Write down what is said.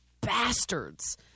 bastards